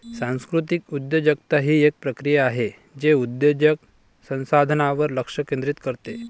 सांस्कृतिक उद्योजकता ही एक प्रक्रिया आहे जे उद्योजक संसाधनांवर लक्ष केंद्रित करते